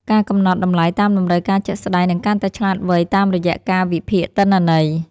ការកំណត់តម្លៃតាមតម្រូវការជាក់ស្ដែង នឹងកាន់តែឆ្លាតវៃតាមរយៈការវិភាគទិន្នន័យ។